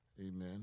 amen